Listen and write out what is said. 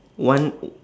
one